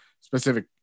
specific